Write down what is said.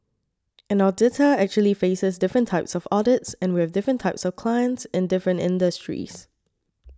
an auditor actually faces different types of audits and we've different types of clients in different industries